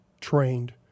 trained